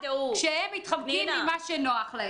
כשהם מתחמקים ממה שנוח להם.